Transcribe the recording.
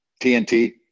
TNT